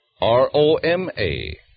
R-O-M-A